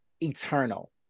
Eternal